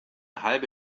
halbe